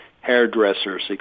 hairdressers